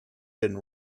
been